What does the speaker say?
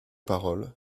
parole